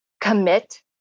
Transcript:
commit